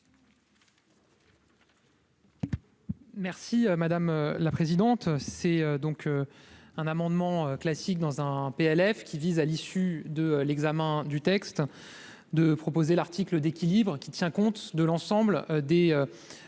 Merci madame la présidente, c'est donc un amendement classique dans un PLF qui vise à l'issue de l'examen du texte de proposer l'article d'équilibre qui tient compte de l'ensemble des décisions